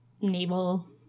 naval